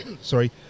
sorry